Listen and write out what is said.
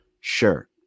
sure